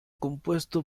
compuesto